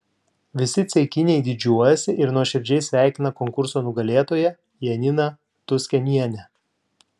visi ceikiniai didžiuojasi ir nuoširdžiai sveikina konkurso nugalėtoją janiną tuskenienę